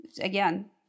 Again